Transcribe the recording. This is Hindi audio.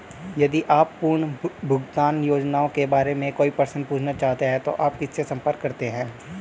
यदि आप पुनर्भुगतान योजनाओं के बारे में कोई प्रश्न पूछना चाहते हैं तो आप किससे संपर्क करते हैं?